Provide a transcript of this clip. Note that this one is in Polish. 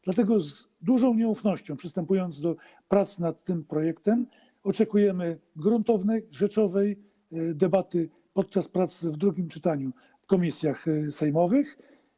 Dlatego z dużą nieufnością przystępując do prac nad tym projektem, oczekujemy gruntownej, rzeczowej debaty podczas prac w drugim czytaniu w komisjach sejmowych.